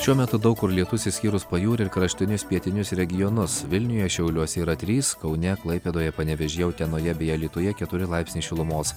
šiuo metu daug kur lietus išskyrus pajūrį ir kraštinius pietinius regionus vilniuje šiauliuose yra trys kaune klaipėdoje panevėžyje utenoje bei alytuje keturi laipsniai šilumos